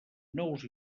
nous